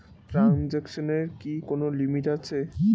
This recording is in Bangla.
ট্রানজেকশনের কি কোন লিমিট আছে?